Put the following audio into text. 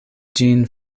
ĝin